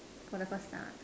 for the first time